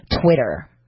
Twitter